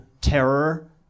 terror